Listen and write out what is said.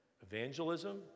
Evangelism